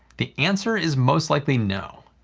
the answer is most likely no.